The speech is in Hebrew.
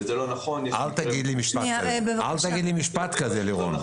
אל תגיד לי משפט כזה, לירון.